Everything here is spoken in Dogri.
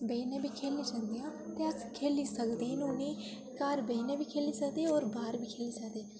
बेहियै बी खेढी जंदियां ते अस खेढी सकदे न उ'नें ई घर बेहियै बी खेढी सकदे होर बाह्र बी खेढी सकदे